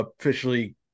officially